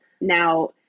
Now